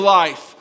life